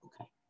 Okay